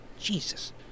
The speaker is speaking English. Jesus